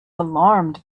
alarmed